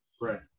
Right